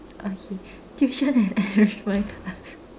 okay tuition and enrichment class